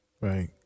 Right